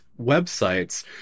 websites